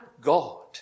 God